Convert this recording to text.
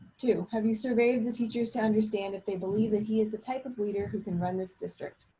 two, have you surveyed the teachers to understand if they believe that he is the type of leader who can run this district?